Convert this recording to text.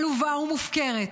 עלובה ומופקרת.